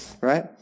right